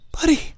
Buddy